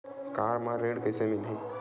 Car म ऋण कइसे मिलही?